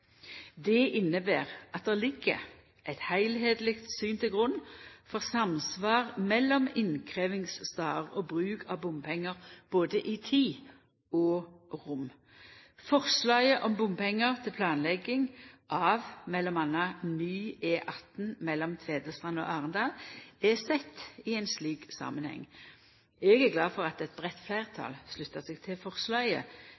Det inneber at det ligg eit heilskapleg syn til grunn for samsvar mellom innkrevjingsstader og bruk av bompengar, både i tid og i rom. Forslaget om bompengar til planlegging av m.a. ny E18 mellom Tvedestrand og Arendal er sett i ein slik samanheng. Eg er glad for at eit breitt